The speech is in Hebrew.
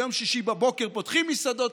ביום שישי בבוקר פותחים מסעדות,